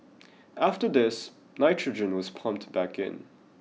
after this nitrogen was pumped back in